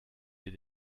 des